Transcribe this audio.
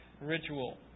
Ritual